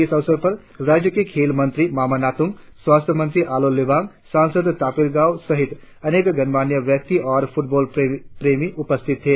इस अवसर पर राज्य के खेल मंत्री मामा नातुंग स्वास्थ मंत्री आलो लिवांग सांसद तापिर गाव सहित अनेक गणमान्य व्यक्ति और फुटबॉल प्रेमी उपस्थित थे